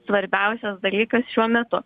svarbiausias dalykas šiuo metu